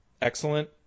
excellent